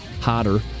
hotter